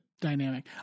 dynamic